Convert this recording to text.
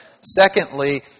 secondly